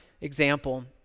example